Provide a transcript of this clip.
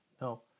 No